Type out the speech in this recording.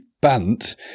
bant